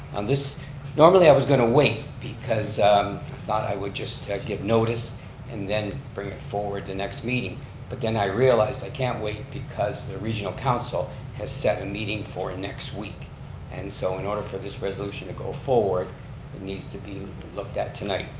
um normally i was going to wait because i thought i would just give notice and then bring it forward the next meeting but then i realized i can't wait because the regional council has set a meeting for next week and so in order for this resolution to go forward, it needs to be looked at tonight.